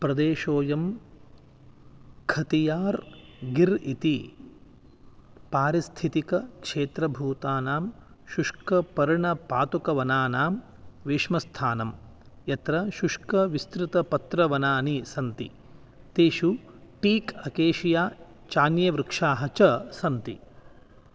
प्रदेशोयम् खतियार् गिर् इति पारिस्थितिकक्षेत्रभूतानां शुष्कपर्णपातुकवनानां विषमस्थानं यत्र शुष्कविस्तृतपत्रवनानि सन्ति तेषु टीक् अकेशिया चान्ये वृक्षाः च सन्ति